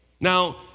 Now